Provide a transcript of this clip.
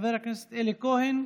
חבר הכנסת אלי כהן,